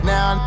Now